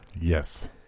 Yes